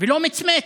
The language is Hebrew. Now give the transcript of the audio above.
ולא מצמץ.